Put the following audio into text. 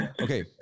Okay